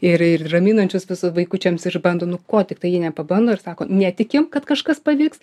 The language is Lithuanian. ir ir raminančius visus vaikučiams išbando nu ko tiktai jie nepabando ir sako netikim kad kažkas pavyks